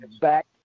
back